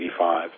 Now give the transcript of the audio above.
1985